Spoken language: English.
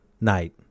night